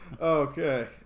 okay